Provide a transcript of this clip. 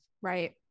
Right